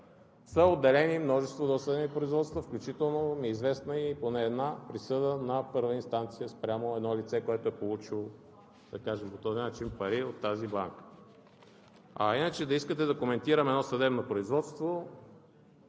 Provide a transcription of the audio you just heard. са отделени множество досъдебни производства, включително ми е известна поне една присъда на първа инстанция спрямо едно лице, което е получило, да кажем по този начин, пари от тази банка. Иначе да искате да коментирам едно съдебно производство,